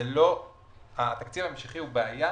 הוא שהתקציב ההמשכי הוא בעיה